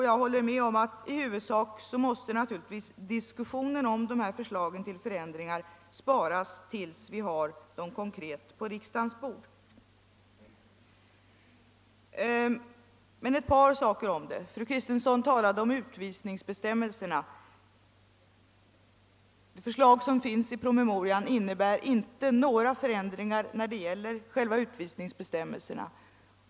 Jag håller med om att diskussionen om de ändringsförslagen i huvudsak naturligtvis måste sparas till dess att vi har dem på riksdagens bord. Men ett par saker vill jag ändå säga i sammanhanget. Fru Kristensson talade om utvisningsbestämmelserna. Förslagen i promemorian innebär inte någon ändring när det gäller själva utvisningsbestämmelserna.